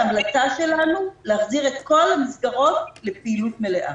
ההמלצה שלנו היא להחזיר את כל המסגרות לפעילות מלאה.